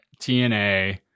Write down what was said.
TNA